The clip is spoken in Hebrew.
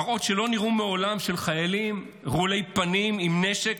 מראות שלא נראו מעולם של חיילים רעולי פנים עם נשק,